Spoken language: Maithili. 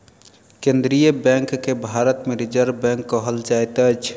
केन्द्रीय बैंक के भारत मे रिजर्व बैंक कहल जाइत अछि